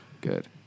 good